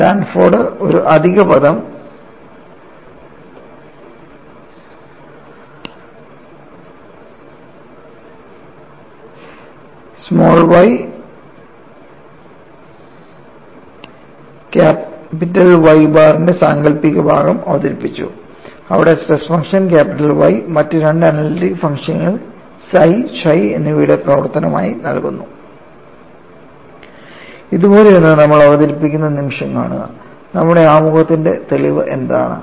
Sanford ഒരു അധിക പദം y Y ബാറിന്റെ സാങ്കൽപ്പിക ഭാഗം അവതരിപ്പിച്ചു അവിടെ സ്ട്രെസ് ഫംഗ്ഷൻ Y മറ്റ് രണ്ട് അനലിറ്റിക് ഫംഗ്ഷനുകൾ psi chi എന്നിവയുടെ പ്രവർത്തനമായി നൽകുന്നു ഇതുപോലൊന്ന് നമ്മൾ അവതരിപ്പിക്കുന്ന നിമിഷം കാണുക നമ്മുടെ ആമുഖത്തിന്റെ തെളിവ് എന്താണ്